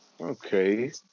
Okay